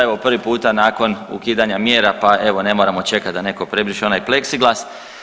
Evo prvi puta nakon ukidanja mjera, pa evo ne moramo čekati da netko prebriše onaj pleksiglas.